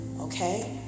Okay